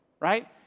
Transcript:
right